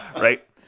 Right